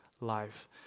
life